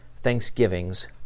thanksgivings